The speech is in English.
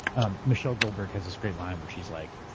um michelle goldberg has this great line where she's like,